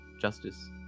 justice